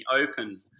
open